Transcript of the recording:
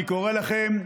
אני קורא לכם,